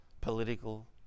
political